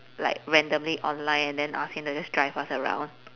like randomly online and then ask him to just drive us around